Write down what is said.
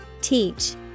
Teach